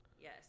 Yes